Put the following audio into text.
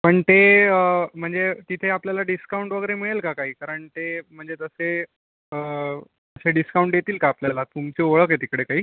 पण ते म्हणजे तिथे आपल्याला डिस्काऊंट वगैरे मिळेल का काही कारण ते म्हणजे जं ते असे डिस्काऊंट देतील का आपल्याला तुमची ओळख आहे तिकडे काही